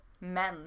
Men